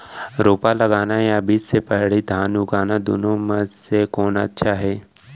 रोपा लगाना या बीज से पड़ही धान उगाना दुनो म से कोन अच्छा हे?